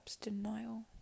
denial